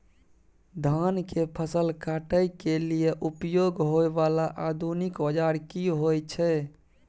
धान के फसल काटय के लिए उपयोग होय वाला आधुनिक औजार की होय छै?